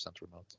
remote